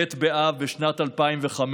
ט' באב בשנת 2005,